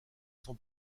son